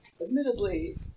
Admittedly